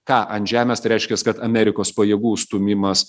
ką ant žemės tai reiškias kad amerikos pajėgų stūmimas